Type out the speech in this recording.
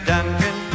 Duncan